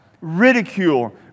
ridicule